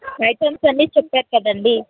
items అన్నీ చెప్పారు కదండీ